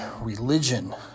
religion